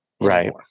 Right